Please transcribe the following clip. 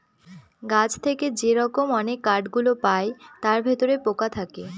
গাছ থেকে যে রকম অনেক কাঠ গুলো পায় তার ভিতরে পোকা থাকে